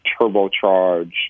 turbocharge